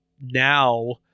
now